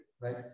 right